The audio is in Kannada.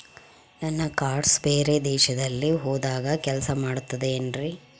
ನನ್ನ ಕಾರ್ಡ್ಸ್ ಬೇರೆ ದೇಶದಲ್ಲಿ ಹೋದಾಗ ಕೆಲಸ ಮಾಡುತ್ತದೆ ಏನ್ರಿ?